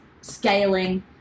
scaling